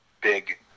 big